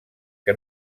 que